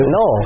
no